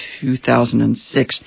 2006